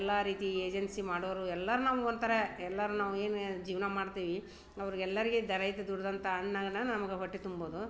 ಎಲ್ಲ ರೀತಿ ಏಜೆನ್ಸಿ ಮಾಡೋರು ಎಲ್ಲರ ನಾವು ಒಂಥರ ಎಲ್ಲರ ನಾವು ಏನು ಜೀವನ ಮಾಡ್ತೀವಿ ಅವ್ರಿಗೆ ಎಲ್ಲರಿಗೆ ದರ ಇದು ದುಡ್ದಂಥ ಅನ್ನಾನ ನಮ್ಗೆ ಹೊಟ್ಟೆ ತುಂಬಬೋದು